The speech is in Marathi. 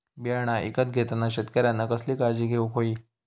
बियाणा ईकत घेताना शेतकऱ्यानं कसली काळजी घेऊक होई?